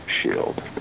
shield